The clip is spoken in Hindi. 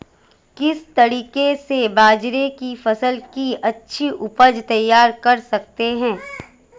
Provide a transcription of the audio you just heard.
किस तरीके से बाजरे की फसल की अच्छी उपज तैयार कर सकते हैं?